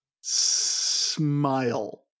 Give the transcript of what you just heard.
Smile